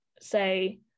say